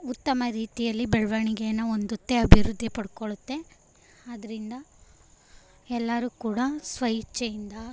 ಉತ್ತಮ ರೀತಿಯಲ್ಲಿ ಬೆಳವಣಿಗೆಯನ್ನ ಹೊಂದುತ್ತೆ ಅಭಿವೃದ್ಧಿಪಡ್ಕೊಳ್ಳುತ್ತೆ ಅದರಿಂದ ಎಲ್ಲರೂ ಕೂಡ ಸ್ವಇಚ್ಛೆಯಿಂದ